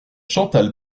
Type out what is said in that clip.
chantal